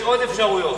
יש עוד אפשרויות.